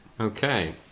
Okay